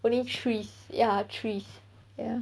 only trees ya trees ya